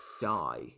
die